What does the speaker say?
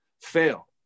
fail